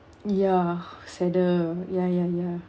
ya sadder ya ya ya